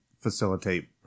facilitate